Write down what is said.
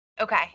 Okay